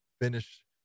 finish